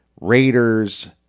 Raiders